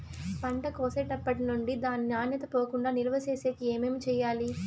పంట కోసేటప్పటినుండి దాని నాణ్యత పోకుండా నిలువ సేసేకి ఏమేమి చేయాలి?